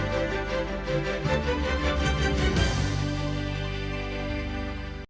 Дякую.